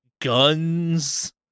guns